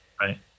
Right